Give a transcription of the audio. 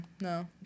No